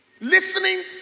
listening